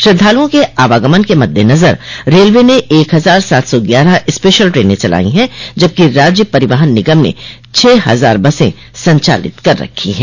श्रद्वालुओं के आवागमन के मद्देनजर रेलवे ने एक हजार सात सौ ग्यारह स्पेशल टेने चलाई हैं जबकि राज्य परिवहन निगम ने छह हजार बसें संचालित कर रखी है